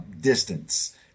distance